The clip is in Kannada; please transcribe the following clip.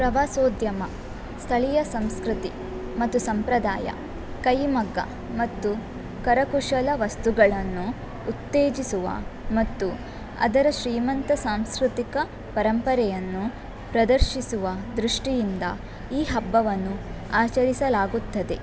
ಪ್ರವಾಸೋದ್ಯಮ ಸ್ಥಳೀಯ ಸಂಸ್ಕೃತಿ ಮತ್ತು ಸಂಪ್ರದಾಯ ಕೈ ಮಗ್ಗ ಮತ್ತು ಕರಕುಶಲ ವಸ್ತುಗಳನ್ನು ಉತ್ತೇಜಿಸುವ ಮತ್ತು ಅದರ ಶ್ರೀಮಂತ ಸಾಂಸ್ಕೃತಿಕ ಪರಂಪರೆಯನ್ನು ಪ್ರದರ್ಶಿಸುವ ದೃಷ್ಟಿಯಿಂದ ಈ ಹಬ್ಬವನ್ನು ಆಚರಿಸಲಾಗುತ್ತದೆ